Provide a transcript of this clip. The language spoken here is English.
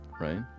right